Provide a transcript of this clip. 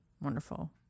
wonderful